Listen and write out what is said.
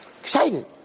excited